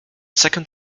second